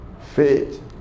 faith